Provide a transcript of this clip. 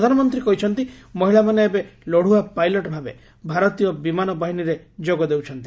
ପ୍ରଧାନମନ୍ତ୍ରୀ କହିଛନ୍ତି ମହିଳାମାନେ ଏବେ ଲଢୁଆ ପାଇଲଟ ଭାବେ ଭାରତୀୟ ବିମାନ ବାହିନୀରେ ଯୋଗ ଦେଉଛନ୍ତି